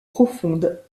profonde